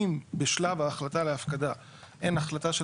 אם בשלב ההחלטה להפקדה אין החלטה של